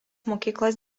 mokyklos